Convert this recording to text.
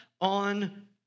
on